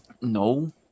no